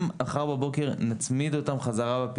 אם מחר בבוקר אנחנו נצמיד אותן בחזרה.